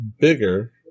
bigger